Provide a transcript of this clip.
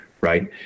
right